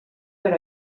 per